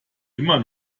immer